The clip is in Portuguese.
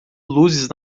luzes